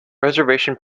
reservation